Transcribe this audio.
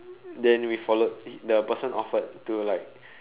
then we followed the person offered to like